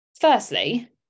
Firstly